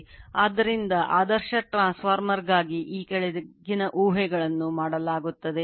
ಆದ್ದರಿಂದ ಆದರ್ಶ ಟ್ರಾನ್ಸ್ಫಾರ್ಮರ್ಗಾಗಿ ಈ ಕೆಳಗಿನ ಊಹೆಗಳನ್ನು ಮಾಡಲಾಗುತ್ತದೆ